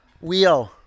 Wheel